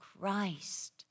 Christ